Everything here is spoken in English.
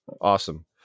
Awesome